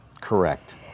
Correct